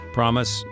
promise